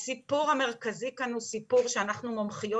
הסיפור המרכזי כאן הוא סיפור שאנחנו מומחיות